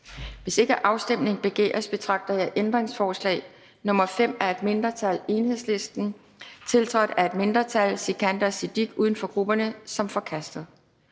Hvis ikke afstemning begæres, betragter jeg ændringsforslag nr. 5 af et mindretal (EL), tiltrådt af et mindretal (Sikandar Siddique (UFG)), som forkastet.